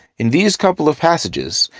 in these couple of passages,